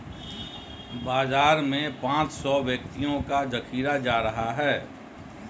बाजार में पांच सौ व्यक्तियों का जखीरा जा रहा है